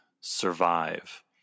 survive